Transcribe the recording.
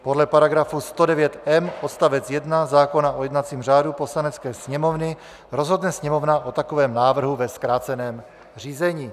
Podle § 109m odst. 1 zákona o jednacím řádu Poslanecké sněmovny rozhodne Sněmovna o takovém návrhu ve zkráceném řízení.